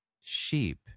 sheep